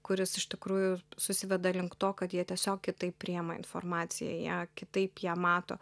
kuris iš tikrųjų susiveda link to kad jie tiesiog kitaip priima informaciją jie kitaip ją mato